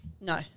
No